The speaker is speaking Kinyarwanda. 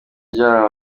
ajyanwa